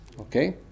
Okay